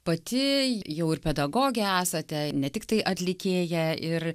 pati jau ir pedagogė esate ne tiktai atlikėja ir